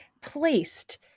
placed